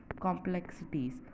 complexities